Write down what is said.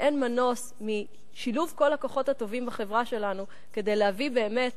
ואין מנוס משילוב כל הכוחות הטובים בחברה שלנו כדי להביא באמת